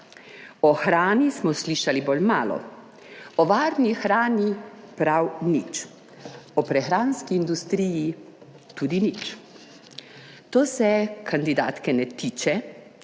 O hrani smo slišali bolj malo, o varni hrani prav nič, o prehranski industriji tudi nič. To se kandidatke ne tiče,